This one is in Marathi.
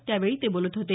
त्यावेळी ते बोलत होते